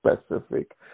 specific